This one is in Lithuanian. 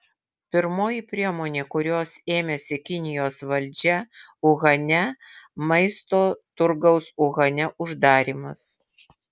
pirmoji priemonė kurios ėmėsi kinijos valdžia uhane maisto turgaus uhane uždarymas